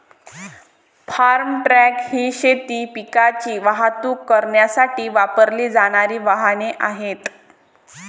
form truck ही शेती पिकांची वाहतूक करण्यासाठी वापरली जाणारी वाहने आहेत